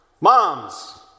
Moms